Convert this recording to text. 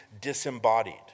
disembodied